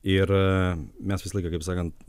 ir mes visą laiką kaip sakant